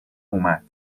اومد